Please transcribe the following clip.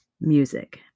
music